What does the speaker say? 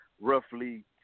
roughly